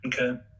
Okay